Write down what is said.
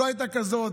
לא הייתה כזאת,